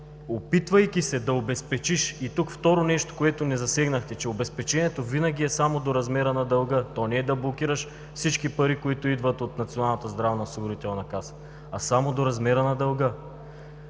опитвайки се да обезпечиш, и тук второ нещо, което не засегнахте, че обезпечението винаги е само до размера на дълга, то не е да блокираш всички пари, които идват от Националната